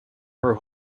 her